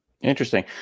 Interesting